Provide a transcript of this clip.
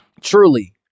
Truly